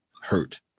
hurt